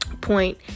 point